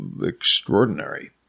extraordinary